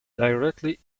directly